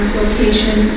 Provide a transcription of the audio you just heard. location